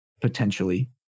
potentially